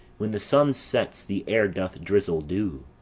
when the sun sets the air doth drizzle dew,